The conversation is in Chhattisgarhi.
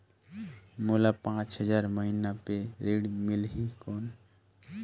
मोला पांच हजार महीना पे ऋण मिलही कौन?